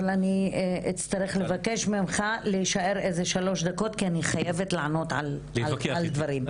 אני אצטרך לבקש ממך להישאר שלוש דקות כי אני חייבת לענות על דברים.